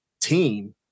team